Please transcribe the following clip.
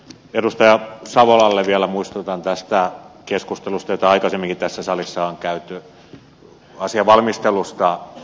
edustaja savolalle vielä muistutan tästä keskustelusta jota aikaisemminkin tässä salissa on käyty asian valmistelusta